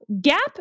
gap